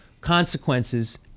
consequences